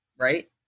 right